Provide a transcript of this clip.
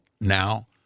now—